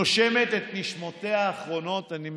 נושמת את נשמותיה האחרונות, אני מסיים,